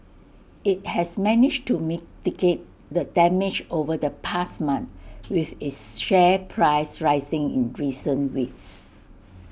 IT has managed to mitigate the damage over the past month with its share price rising in recent weeks